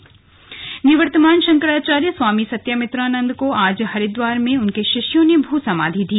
slug भू समाथि निवर्तमान शंकराचार्य स्वामी सत्यमित्रानन्द को आज हरिद्वार में उनके शिष्यों ने भू समाधि दी